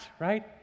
right